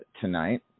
tonight